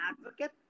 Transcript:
advocate